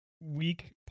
weak